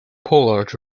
pollard